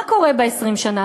מה קורה ב-20 השנה